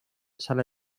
sala